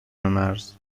مرز